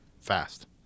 fast